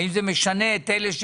האם זה משנה את אלה שממתינים,